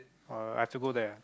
uh I have to go there